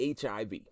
HIV